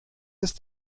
ist